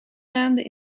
maanden